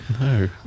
No